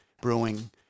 brewing